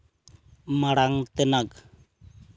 ᱢᱟᱲᱟᱝ ᱛᱮᱱᱟᱜ